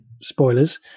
spoilers